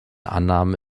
annahme